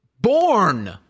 Born